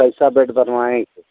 कैसा बेड बनवाएँगे